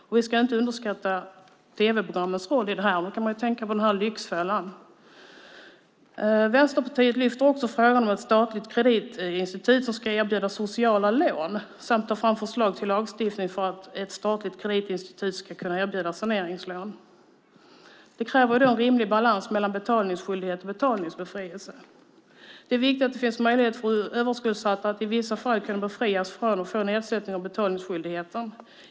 Och vi ska inte underskatta tv-programmens roll i det här. Vi kan tänka på Lyxfällan . Vänsterpartiet lyfter också fram ett statligt kreditinstitut som ska erbjuda sociala lån samt ta fram förslag till lagstiftning för att ett statligt kreditinstitut ska kunna erbjuda saneringslån. Det kräver en rimlig balans mellan betalningsskyldighet och betalningsbefrielse. Det är viktigt att det finns en möjlighet för överskuldsatta att i vissa fall kunna befrias från eller få en nedsättning av betalningsskyldigheten.